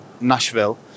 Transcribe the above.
Nashville